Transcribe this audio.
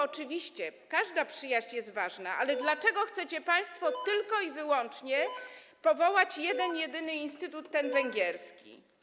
Oczywiście każda przyjaźń jest ważna, ale dlaczego chcecie państwo tylko i wyłącznie powołać jeden jedyny instytut, ten węgierski?